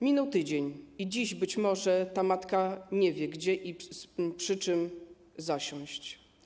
Minął tydzień i dziś być może ta matka nie wie, gdzie i przy czym zasiąść.